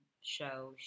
show